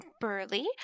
burly